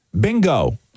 Bingo